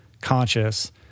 conscious